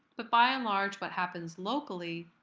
but by and large, what happens locally